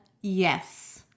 Yes